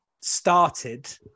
started